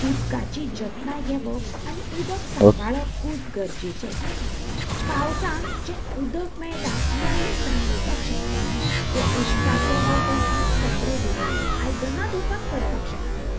उदकांची जतनाय घेवप आनी उदक सांबाळप खूब गरजेचे पावसान जे उदक मेळटा तें आमी सांठोवपाक शकता तें उदकाचो वापर आमी कपडे धुंवपाक आयदनां धुंवपाक करपाक शकता